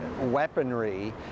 weaponry